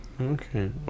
okay